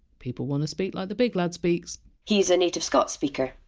people want to speak like the big lad speaks he is a native scots speaker,